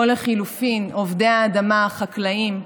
או לחלופין עובדי האדמה, החקלאים,